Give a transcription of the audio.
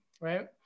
Right